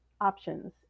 options